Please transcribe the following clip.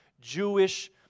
Jewish